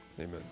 Amen